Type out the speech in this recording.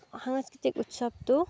সাংস্কৃতিক উৎসৱটো